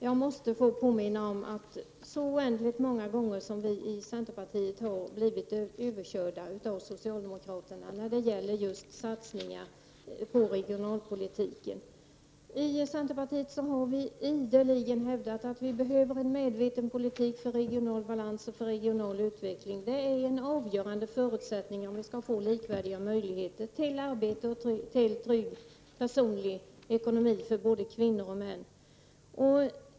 Jag måste få påminna om att vi i centerpartiet så oändligt många gånger har blivit överkörda av socialdemokraterna när det gäller just satsningar på regionalpolitiken. I centerpartiet har vi ideligen hävdat att det behövs en medveten politik för regional balans och regional utveckling. Det är en avgörande förutsättning om vi skall få likvärdiga möjligheter till arbete och en trygg personlig ekonomi för både kvinnor och män.